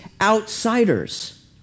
outsiders